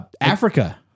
Africa